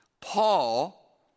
Paul